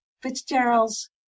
Fitzgerald's